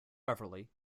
beverly